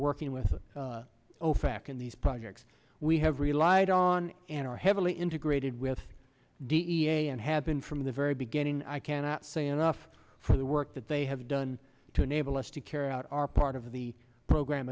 working with ofac in these projects we have relied on and are heavily integrated with d n a and have been from the very beginning i cannot say enough for the work that they have done to enable us to carry out our part of the program